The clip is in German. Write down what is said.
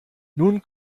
nun